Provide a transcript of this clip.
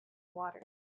water